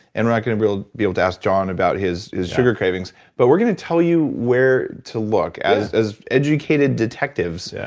and we're not gonna be able to ask john about his his sugar cravings, but we're gonna tell you where to look as as educated detectives.